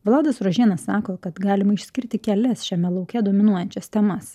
vladas rožėnas sako kad galima išskirti kelias šiame lauke dominuojančias temas